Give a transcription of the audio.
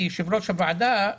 כי יושב-ראש הוועדה,